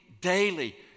daily